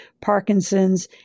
Parkinson's